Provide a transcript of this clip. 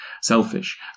selfish